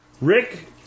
Rick